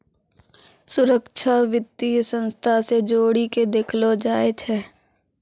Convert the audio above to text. सुरक्षा वित्तीय संस्था से जोड़ी के देखलो जाय छै